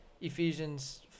Ephesians